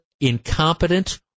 incompetent